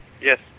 Yes